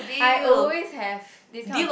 I always have this kind of